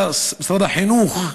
שמשרד החינוך,